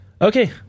Okay